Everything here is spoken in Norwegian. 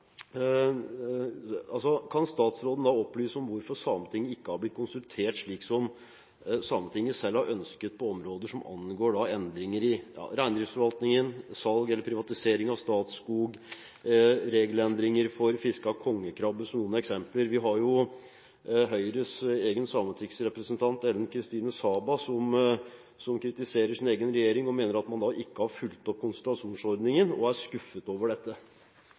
Kan statsråden da opplyse om hvorfor Sametinget ikke har blitt konsulert, slik Sametinget selv har ønsket å bli på områder som angår endringer i reindriftsforvaltningen, salg eller privatisering av Statskog, regelendringer for fiske av kongekrabbe – som noen eksempler. Høyres egen sametingsrepresentant, Ellen Kristine Saba, kritiserer sin egen regjering og mener at man ikke har fulgt opp konsultasjonsordningen, og er skuffet over dette.